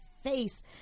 face